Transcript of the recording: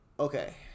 Okay